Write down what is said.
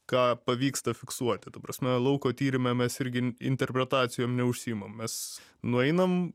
ką pavyksta fiksuoti ta prasme lauko tyrime mes irgi interpretacijom neužsiimam mes nueinam